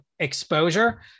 exposure